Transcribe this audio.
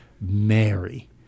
Mary